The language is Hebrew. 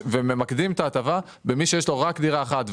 וממקדים את ההטבה במי שיש לו רק דירה אחת,